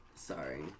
Sorry